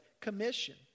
commission